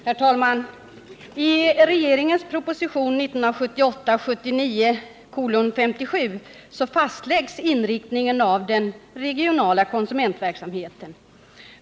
Herr talman! I regeringens proposition 1978/79:57 fastläggs inriktningen av den regionala konsumentverksamheten.